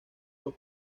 los